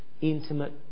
intimate